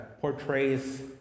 portrays